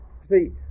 see